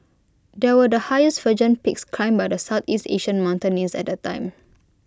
these were the highest virgin peaks climbed by Southeast Asian mountaineers at the time